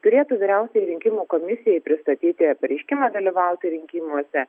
turėtų vyriausiajai rinkimų komisijai pristatyti pareiškimą dalyvauti rinkimuose